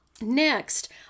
Next